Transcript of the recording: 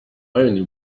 only